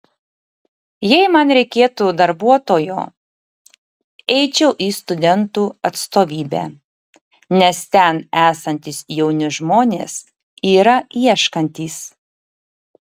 jei man reikėtų darbuotojo eičiau į studentų atstovybę nes ten esantys jauni žmonės yra ieškantys